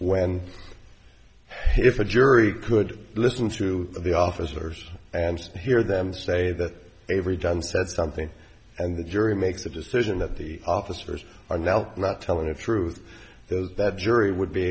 when if a jury could listen to the officers and hear them say that avery dunn said something and the jury makes a decision that the officers are now not telling the truth those that jury would be